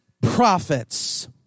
prophets